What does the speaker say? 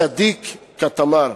צדיק כתמר.